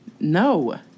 No